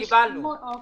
קיבלנו.